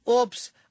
Oops